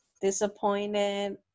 disappointed